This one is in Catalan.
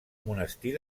monestir